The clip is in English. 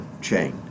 chain